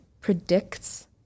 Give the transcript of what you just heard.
predicts